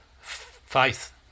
faith